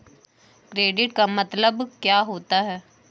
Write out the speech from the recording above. Credit का मतलब क्या होता है?